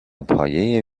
پایه